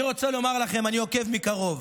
אני רוצה לומר לכם, אני עוקב מקרוב.